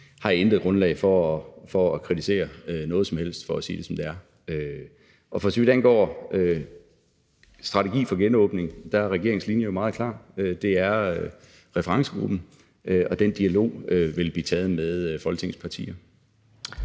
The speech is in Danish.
jeg intet grundlag for at kritisere noget som helst for at sige det, som det er. For så vidt angår strategi for genåbning, er regeringens linje jo meget klar – det er via referencegruppen, og den dialog vil blive taget med Folketingets partier.